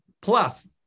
plus